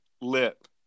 lip